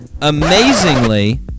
amazingly